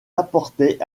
apportait